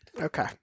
Okay